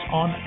on